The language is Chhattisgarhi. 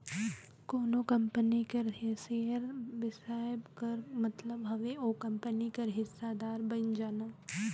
कोनो कंपनी कर सेयर बेसाए कर मतलब हवे ओ कंपनी कर हिस्सादार बइन जाना